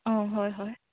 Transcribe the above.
অঁ হয় হয়